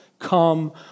come